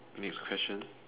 next question